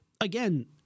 again